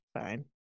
fine